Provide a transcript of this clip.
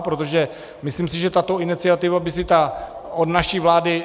Protože si myslím, že tato iniciativa by si od naší vlády...